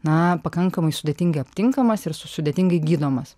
na pakankamai sudėtingai aptinkamas ir su sudėtingai gydomas